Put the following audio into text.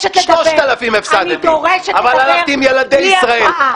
אבל הלכתי עם ילדי ישראל.